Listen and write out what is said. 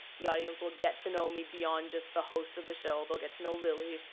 the audience will get to know me beyond just the host of the show. they'll get to know lilly.